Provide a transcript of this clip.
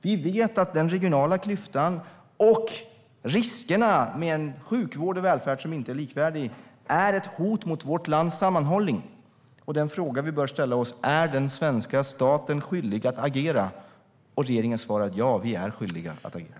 Vi vet att den regionala klyftan och riskerna med en sjukvård och välfärd som inte är likvärdig är ett hot mot vårt lands sammanhållning. Den fråga vi bör ställa oss är: Är den svenska staten skyldig att agera? Regeringens svar är: Ja, vi är skyldiga att agera.